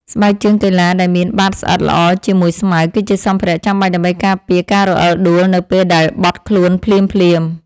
ស្បែកជើងកីឡាដែលមានបាតស្អិតល្អជាមួយស្មៅ គឺជាសម្ភារៈចាំបាច់ដើម្បីការពារការរអិលដួលនៅពេលដែលបត់ខ្លួនភ្លាមៗ។